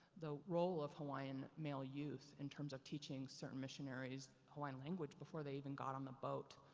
the role of hawaiian male youth in terms of teaching certain missionaries hawaiian language before they even got on the boat.